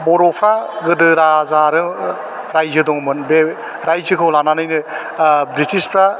बर'फ्रा गोदो राजा आरो रायजो दंमोन बे रायजोखौ लानानैनो ब्रिटिसफ्रा